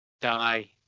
Die